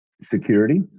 security